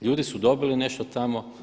Ljudi su dobili nešto tamo.